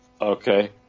okay